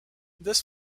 this